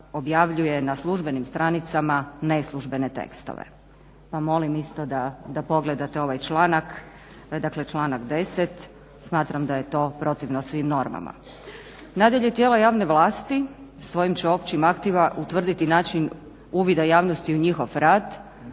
objavljuje na službenim stranicama neslužbene tekstove, pa molim isto da pogledate ovaj članak, to je dakle članak 10. smatram da je to protivno svim normama. Nadalje tijela javne vlasti svojim će općim aktima utvrditi način uvida javnosti u njihov rad